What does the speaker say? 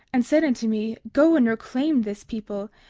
and said unto me go and reclaim this people,